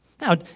Now